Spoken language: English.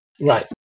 Right